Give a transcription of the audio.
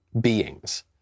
beings